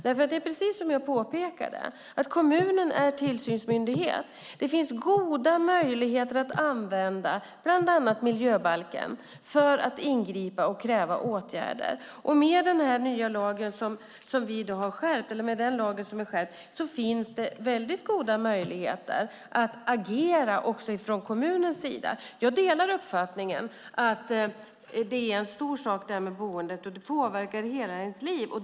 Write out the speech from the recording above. Det är, precis som jag påpekade, kommunen som är tillsynsmyndighet. Det finns goda möjligheter att använda bland annat miljöbalken för att ingripa och kräva åtgärder. Med den lag som vi har skärpt finns det väldigt goda möjligheter att agera också från kommunens sida. Jag delar uppfattningen att boendet är en stor sak. Det påverkar hela ens liv.